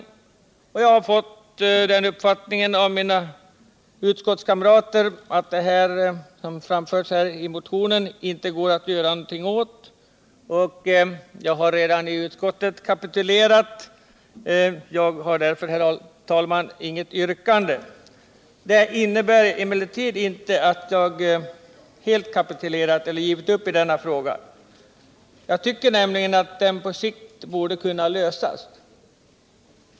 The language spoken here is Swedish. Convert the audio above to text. Mina utskottskamrater har givit mig uppfatt ningen att det inte går att göra någonting åt den i motionen väckta frågan. Därför har jag kapitulerat redan i utskottet och har, herr talman, inget yrkande. Detta innebär emellertid inte att jag helt har givit upp; jag tycker nämligen att frågan på sikt bör kunna lösas.